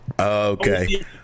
okay